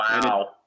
Wow